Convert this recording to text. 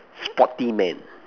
sporty man